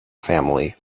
family